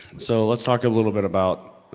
so let's talk a little bit about